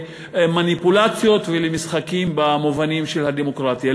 למניפולציות ולמשחקים במובנים של הדמוקרטיה.